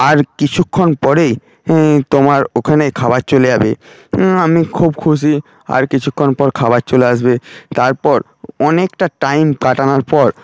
আর কিছুক্ষণ পরেই তোমার ওখানে খাবার চলে যাবে আমি খুব খুশি আর কিছুক্ষণ পর খাবার চলে আসবে তারপর অনেকটা টাইম কাটানোর পর